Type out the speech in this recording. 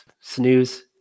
Snooze